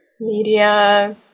media